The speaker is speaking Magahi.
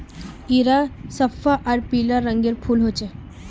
इरा सफ्फा आर पीला रंगेर फूल होचे